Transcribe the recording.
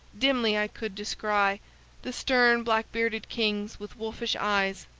dimly i could descry the stern black-bearded kings, with wolfish eyes,